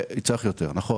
נכון, צריך יותר.